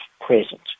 present